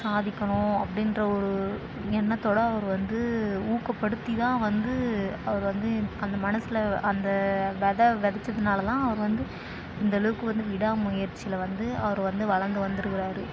சாதிக்கணும் அப்படின்ற ஒரு எண்ணத்தோடு அவர் வந்து ஊக்கப்படுத்தி தான் வந்து அவர் வந்து அந்த மனசில் அந்த வெதை வெதைச்சதுனால தான் அவர் வந்து இந்தளவுக்கு வந்து விடாமுயற்சியில வந்து அவர் வந்து வளர்ந்து வந்திருக்குறாரு